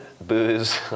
booze